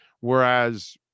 whereas